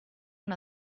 una